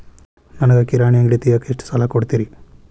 ನನಗ ಕಿರಾಣಿ ಅಂಗಡಿ ತಗಿಯಾಕ್ ಎಷ್ಟ ಸಾಲ ಕೊಡ್ತೇರಿ?